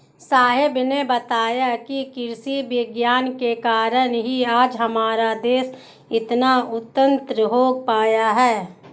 साहब ने बताया कि कृषि विज्ञान के कारण ही आज हमारा देश इतना उन्नत हो पाया है